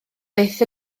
byth